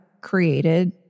created